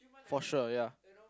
for sure ya